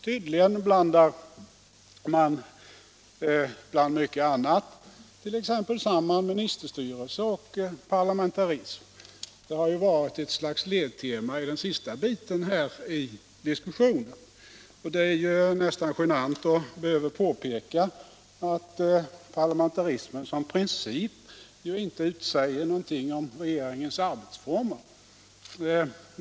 Tydligen blandar de samman, bland mycket annat, t.ex. ministerstyrelse och parlamentarism. Det har ju varit ett slags ledtema i den senaste biten av diskussionen. Det är nästan genant att behöva påpeka att parlamentarismen som princip ju inte säger någonting om regeringens arbetsformer.